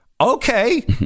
Okay